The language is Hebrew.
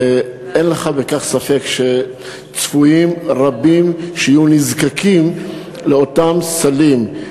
ואין לך ספק שצפויים רבים שיהיו נזקקים לאותם סלים.